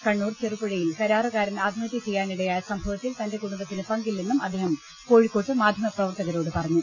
കണ്ണൂർ ചെറുപുഴയിൽ കരാറുകാരൻ ആത്മഹത്യ ചെയ്യാനിടയായ സംഭവത്തിൽ തന്റെ കുടുംബത്തിന് പങ്കില്ലെന്നും അദ്ദേഹം കോഴിക്കോട്ട് മാധ്യമപ്രവർത്തകരോട് പറഞ്ഞു